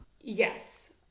Yes